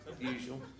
usual